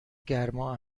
گرما